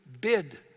bid